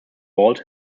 bald